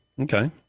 Okay